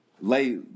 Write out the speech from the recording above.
lay